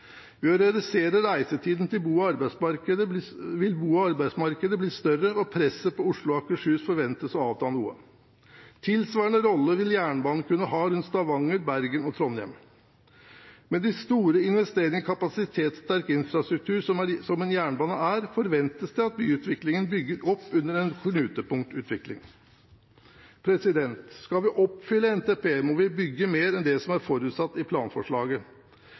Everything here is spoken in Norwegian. Ved å redusere reisetiden vil bo- og arbeidsmarkedet bli større, og presset på Oslo og Akershus forventes å avta noe. Tilsvarende rolle vil jernbanen kunne ha rundt Stavanger, Bergen og Trondheim. Med de store investeringene i kapasitetssterk infrastruktur som en jernbane er, forventes det at byutviklingen bygger opp under en knutepunktutvikling. Skal vi overoppfylle NTP, må vi bygge mer enn det som er forutsatt i planforslaget.